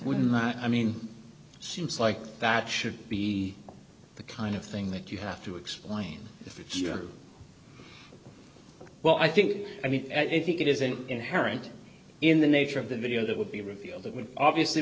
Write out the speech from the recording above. would not i mean seems like that should be the kind of thing that you have to explain if it's true well i think i mean i think it is an inherent in the nature of the video that would be revealed that would obviously